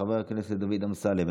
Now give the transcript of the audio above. חבר הכנסת דוד אמסלם,